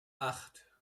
acht